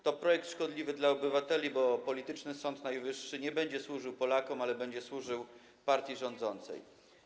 To projekt szkodliwy dla obywateli, bo polityczny Sąd Najwyższy nie będzie służył Polakom, ale będzie służył partii rządzącej.